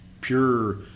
pure